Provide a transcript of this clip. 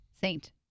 Saint